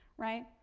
right,